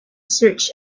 search